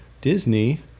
Disney